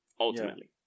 ultimately